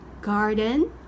garden